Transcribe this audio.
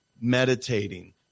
meditating